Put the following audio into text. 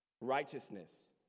Righteousness